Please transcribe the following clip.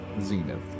Zenith